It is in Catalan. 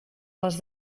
les